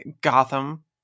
Gotham